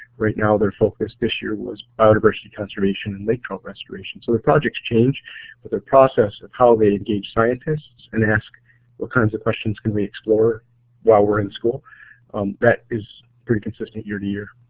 right now their focus this year was biodiversity, conservation, and lake trout restoration. so the project's change but their process of how they engage scientists and ask what kinds of questions can we explore while we're in school that is pretty consistent year to year.